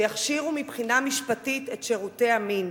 שיכשירו מבחינה משפטית את שירותי המין.